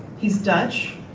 he's dutch,